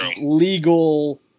legal